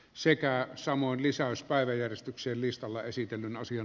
sekä sammon lisäys päiväjärjestykseen listalla esittelyn asian